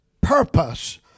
purpose